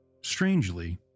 Strangely